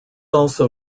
also